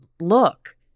look